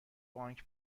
بانک